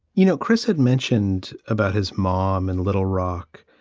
you know, chris had mentioned about his mom in little rock,